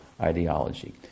ideology